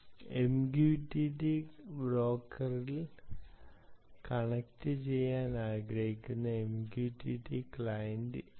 MQTT ബ്രോക്കറിൽ കണക്റ്റുചെയ്യാൻ ആഗ്രഹിക്കുന്ന MQTT ക്ലയന്റ്